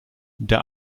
der